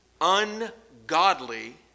ungodly